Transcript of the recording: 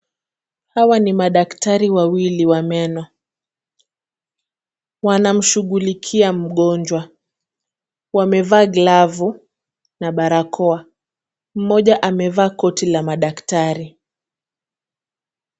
Hawa ni madaktari wawili wa meno . Wanamshughulikia mgonjwa . Wamevaa glavu na barakoa. Mmoja amevaa koti la madaktari.